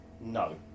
No